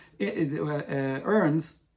earns